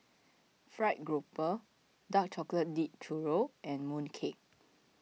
Fried Grouper Dark Chocolate Dipped Churro and Mooncake